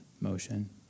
motion